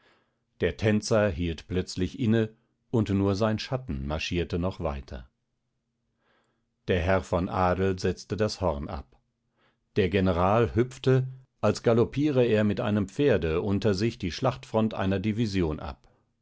der tänzer hielt plötzlich inne und nur sein schatten marschierte noch weiter der herr von adel setzte das horn ab der general hüpfte als galoppiere er mit einem pferde unter sich die schlachtfront einer division ab